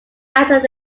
after